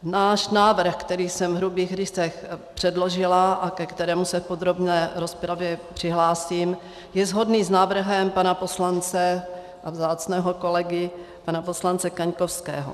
Náš návrh, který jsem v hrubých rysech předložila a ke kterému se v podrobné rozpravě přihlásím, je shodný s návrhem pana poslance a vzácného kolegy pana poslance Kaňkovského.